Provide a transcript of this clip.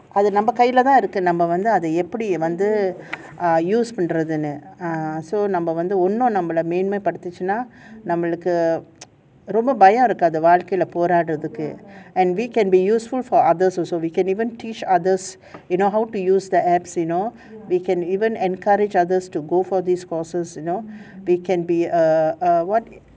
அது நம்ம கைலதா இருக்கு அத எப்டி வந்து பண்றதுன்னு:athu namma kailathaa irukku atha epdi vanthhu use pandrathunu err so நம்ப வந்து ஒன்னும் வந்து நம்பள மேன்மை படுத்துச்சுனா நம்பளுக்கு ரொம்ப பயம் இருக்காது வாழ்க்கைல போராட்றதுக்கு:namba vanthu onnum vanthu nambala menmai paduthuchunaa nambalukku payam irukkathu vaazhkaila poradrathukku and we can be useful for others also we can even teach others you know how to use the apps you know we can even encourage others to go for these courses you know we can be err err what